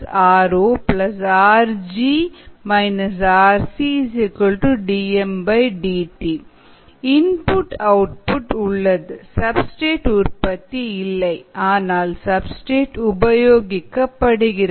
ri ro rg rcdmdt input output உள்ளது substrate உற்பத்தி இல்லை ஆனால் சப்ஸ்டிரேட் உபயோகப்படுகிறது